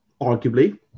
arguably